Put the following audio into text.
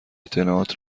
اطلاعات